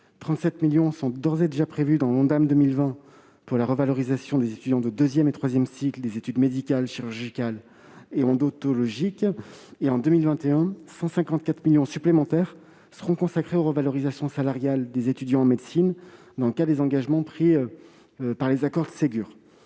37 millions d'euros sont d'ores et déjà prévus dans l'Ondam 2020 pour la revalorisation des étudiants de deuxième et troisième cycles des études médicales, chirurgicales et odontologiques. En 2021, 154 millions d'euros supplémentaires seront consacrés aux revalorisations salariales des étudiants en médecine dans le cadre des engagements pris lors des accords de Ségur.